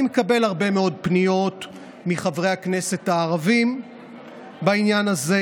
אני מקבל הרבה מאוד פניות מחברי הכנסת הערבים בעניין הזה,